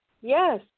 Yes